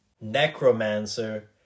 necromancer